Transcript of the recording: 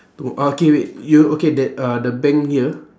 two mor~ ah K wait you okay that uh the bank here